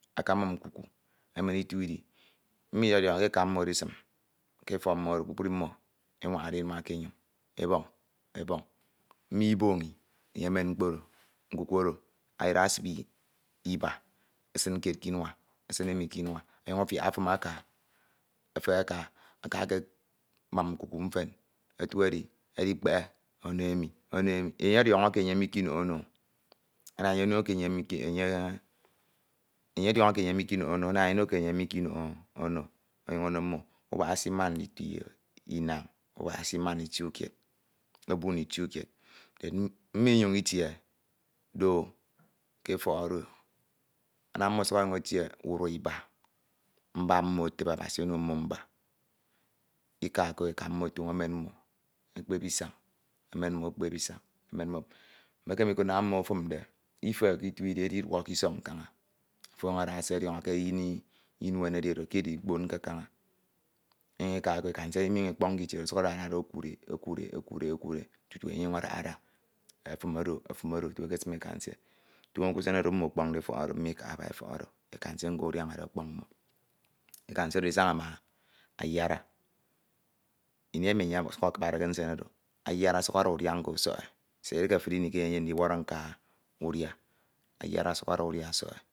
aka ekemum nkuku, otu edi mmo iyediọñọ ke eka mmo edisim ke efọk mmo emenere inua ke enyoñ ebọñ ebọñ mmo iboñi enye emen mkpo oro nkuku oro either esibe iba esin kied k'inua, esin emi k'inua ọnyañ afiak efin aka efehe aka amun nku efen otu edi edikpehe ono emi afiak ono emi enye ọdiọñọ eke enye mikinoho. ono, ama enye ono eke enye ono eke enye mikonkho, idiọñọ eke enye mikenoho ono ama enye ono eke enye mikenoho no, ana enye ono eke enye mikenoho no ọnyuñ ono mmo ubak esiman ndito inañ, ubak esimano ituikied, oburi ituikied mmo inyuñ itie ke efọk oro, ama mmo ọsuk ọnyuñ etie urua iba mba mmo etibe, Abasi ono mmo mba ika ko o eka mmo otoño emen mmo ekpep isañ emen mmo dkpep isañ emen mono, miekeme ikud naña mmo etimde ike ko itie idi, ediduo k'isọñ kaña afo ọnyuñ ada ese ọdiọñọ ke iyin inuen edi oro edo ikponke kaña inyuñ ika ko, eka nsie oro iminyiuñ ikpọnke itie oro ọsuk adada do okude okud e ekud e ekud e tutu enye ọnyuñ adahada efin oduk efan ekesan eka nsie ioño usen oro mmo ọkpọñde efọk oro, mmo ikaha aba efọk oro, eka nsie nko adiañade ọkpọñ mmo, eka nsie oro edisaña ma ayena ini oro enye ọsuk akibade ke nsen oro ayara ọsuk ada udia ọsọk e. Edihe efuri ini ke enye enyem ndiwọrọ nka udia, ayara ọsuk ada udia ọsọk e.